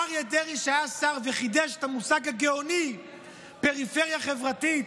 אריה דרעי היה שר וחידש את המושג הגאוני "פריפריה חברתית",